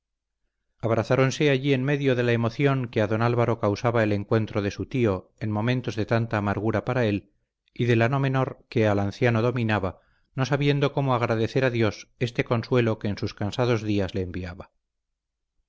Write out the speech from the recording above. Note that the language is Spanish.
saludaban abrazáronse allí en medio de la emoción que a don álvaro causaba el encuentro de su tío en momentos de tanta amargura para él y de la no menor que al anciano dominaba no sabiendo cómo agradecer a dios este consuelo que en sus cansados días le enviaba